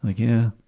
like yeah,